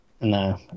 No